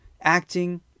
Acting